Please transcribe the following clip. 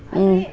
ಹ್ಞೂ